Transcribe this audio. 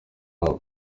abo